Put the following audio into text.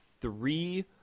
three